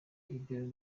ibyo